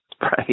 Right